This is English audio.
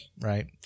right